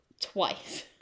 twice